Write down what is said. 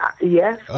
yes